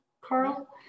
carl